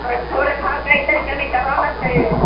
मग थोडेफार काहीतरी कमी करावं लागत आहे